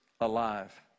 alive